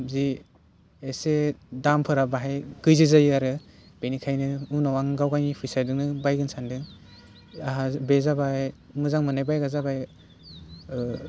जि एसे दामफोरा बाहाय गैजि जायो आरो बेनिखायनो उनाव आं गाव गायनि फैसाजोंनो बायगोन सानदों आंहा बे जाबाय मोजां मोननाय बाइकआ जाबाय